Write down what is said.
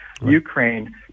Ukraine